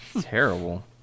Terrible